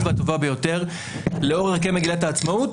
והטובה ביותר לאור ערכי מגילת העצמאות.